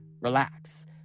relax